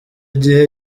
gihe